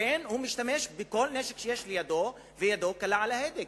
לכן הוא משתמש בכל נשק שיש לידו וידו קלה על ההדק,